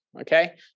Okay